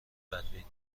بدبین